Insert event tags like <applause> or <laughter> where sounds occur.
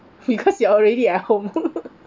because you are already at home <laughs>